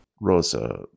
Rosa